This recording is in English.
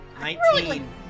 Nineteen